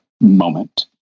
moment